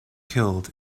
killed